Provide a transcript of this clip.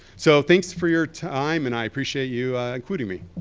so thanks for your time and i appreciate you including me.